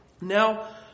Now